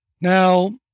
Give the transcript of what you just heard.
now